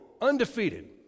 undefeated